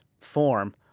form